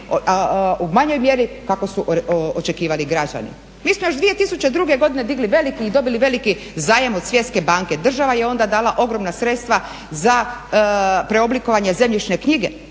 u manjoj mjeri kako su očekivali građani. Mi smo još 2002. godine digli veliki i dobili veliki zajam od Svjetske banke. Država je onda dala ogromna sredstva za preoblikovanje zemljišne knjige.